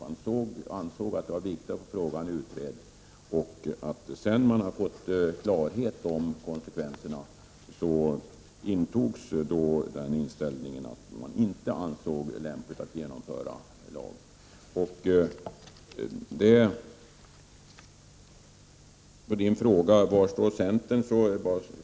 Man ansåg att det var viktigt att få frågan utredd. Sedan man fått klarhet om konsekvenserna ansåg man det inte lämpligt att stifta en lag. På frågan: Var står centern?